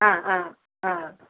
ആ ആ ആ